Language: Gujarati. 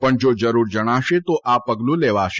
પણ જો જરૂર જણાશે તો આ પગલું લેવાશે